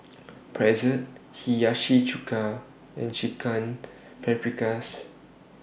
Pretzel Hiyashi Chuka and Chicken Paprikas